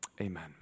Amen